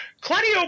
Claudio